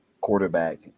Quarterback